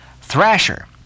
Thrasher